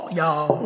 y'all